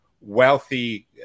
wealthy